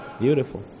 beautiful